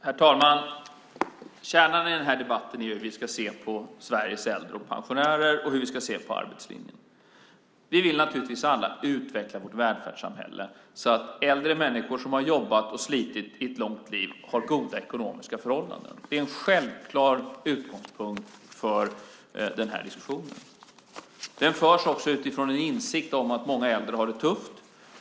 Herr talman! Kärnan i den här debatten är ju hur vi ska se på Sveriges äldre och pensionärer och hur vi ska se på arbetslinjen. Vi vill naturligtvis alla utveckla vårt välfärdssamhälle så att äldre människor som har jobbat och slitit under ett långt liv har goda ekonomiska förhållanden. Det är en självklar utgångspunkt för den här diskussionen. Den förs också utifrån en insikt om att många äldre har det tufft.